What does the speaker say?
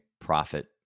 profit